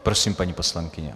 Prosím, paní poslankyně.